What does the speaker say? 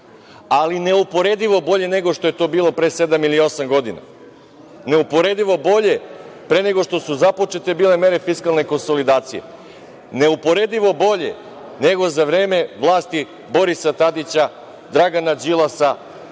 ali neuporedivo bolje nego što je to bilo pre sedam ili osam godina, neuporedivo bolje pre nego što su bile započete mere fiskalne konsolidacije, neuporedivo bolje nego za vreme vlasti Borisa Tadića, Dragana Đilasa,